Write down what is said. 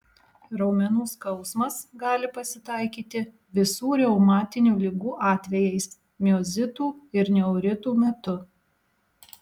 raumenų skausmas gali pasitaikyti visų reumatinių ligų atvejais miozitų ir neuritų metu